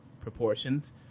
proportions